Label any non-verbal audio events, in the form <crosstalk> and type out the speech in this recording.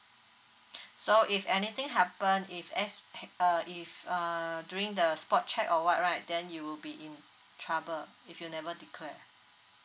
<breath> so if anything happen if af~ if uh during the spot check or [what] right then you will be in trouble if you never declare